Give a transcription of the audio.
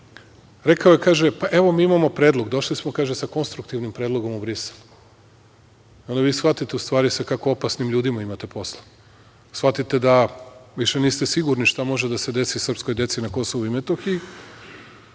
Rekao je – evo, mi imamo predlog, došli smo sa konstruktivnim predlogom u Brisel i onda vi shvatite sa kako opasnim ljudima imate posla. Shvatite da više niste sigurni šta može da se desi srpskoj deci na Kosovu i Metohiji